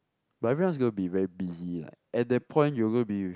but everyone is going to be very busy like at that point you're going to be